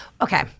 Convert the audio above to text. Okay